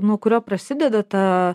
nuo kurio prasideda ta